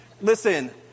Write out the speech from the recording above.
Listen